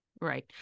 right